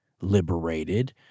liberated